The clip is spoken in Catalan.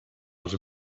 els